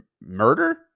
Murder